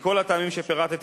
מכל הטעמים שפירטתי,